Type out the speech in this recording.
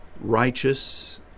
righteous